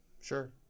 Sure